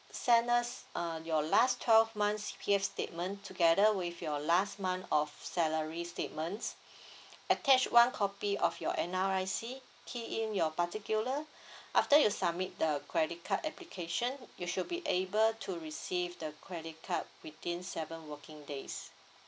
sent us uh your last twelve months C_P_F statement together with your last month of salary statements attached one copy of your N_R_I_C key in your particular after you submit the credit card application you should be able to receive the credit card within seven working days